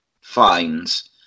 fines